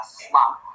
slump